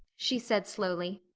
she said slowly.